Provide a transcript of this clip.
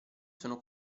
sono